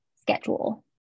schedule